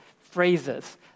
phrases